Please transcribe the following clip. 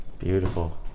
Beautiful